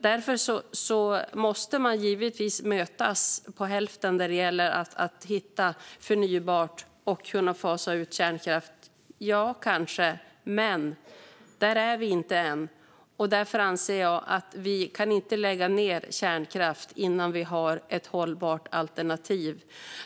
Därför måste man givetvis mötas halvvägs när det gäller att hitta förnybart och kunna fasa ut kärnkraft - ja, kanske. Men där är vi inte än, och därför anser jag att vi inte kan lägga ned kärnkraft innan vi har ett hållbart alternativ.